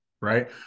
right